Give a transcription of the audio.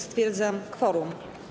Stwierdzam kworum.